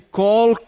call